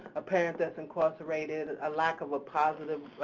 a parent that's incarcerated, a lack of a positive